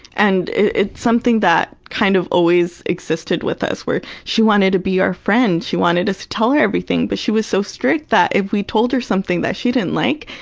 and it's something that kind of always existed with us, where she wanted to be our friend, she wanted us to tell her everything, but she was so strict that if we told her something that she didn't like,